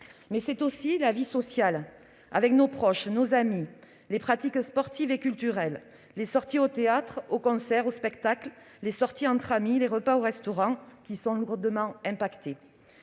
secteurs. La vie sociale avec nos proches, les pratiques sportives et culturelles, les sorties au théâtre, au concert, au spectacle, les sorties entre amis, les repas au restaurant sont aussi lourdement impactés.